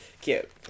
Cute